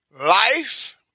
Life